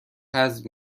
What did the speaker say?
حذف